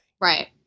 Right